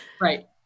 right